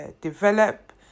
develop